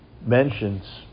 mentions